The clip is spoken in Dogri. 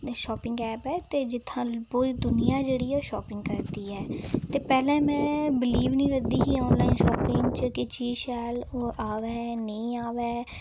एह् शापिंग ऐप ऐ ते जित्थै पुरी दुनिया जेह्ड़ी ऐ ओह् शापिंग करदी ऐ ते पैह्लें में बिलीव नि करदी ही आनलाइन शिपिंग च के चीज शैल आवै नेईं आवै